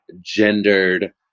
gendered